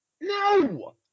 No